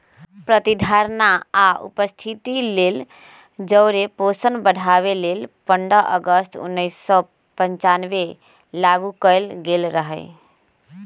प्रतिधारणा आ उपस्थिति लेल जौरे पोषण बढ़ाबे लेल पंडह अगस्त उनइस सौ पञ्चानबेमें लागू कएल गेल रहै